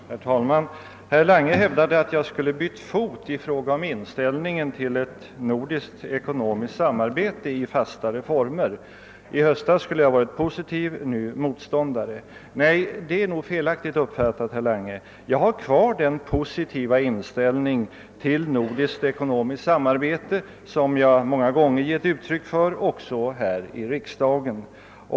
Herr talman! Herr Lange hävdade att jag hade bytt fot i fråga om inställningen till ett nordiskt ekonomiskt samarbete i fastare former; i höstas skulle jag ha varit positiv, men nu motståndare till detta samarbete. Det är felaktigt uppfattat, herr Lange. Jag har kvar den positiva inställning till nordiskt ekonomiskt samarbete som jag många gånger har givit uttryck för också här i riksdagen.